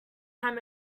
time